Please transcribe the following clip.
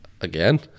again